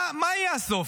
מה יהיה הסוף?